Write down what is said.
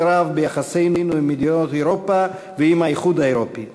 רב ביחסינו עם מדינות אירופה ועם האיחוד האירופי.